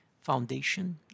foundation